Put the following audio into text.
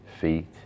feet